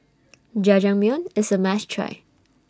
Jajangmyeon IS A must Try